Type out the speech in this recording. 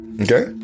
Okay